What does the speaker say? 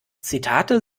zitate